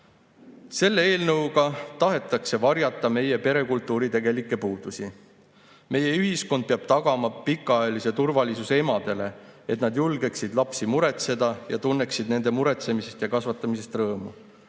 "Selle eelnõuga tahetakse varjata meie perekultuuri tegelikke puudusi. Meie ühiskond peab tagama pikaajali[s]e turvalisuse emadele, et nad julgeksid lapsi muretseda ja tunneksid nende muretsemisest ja kasvatamisest rõõmu.